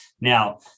Now